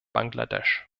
bangladesch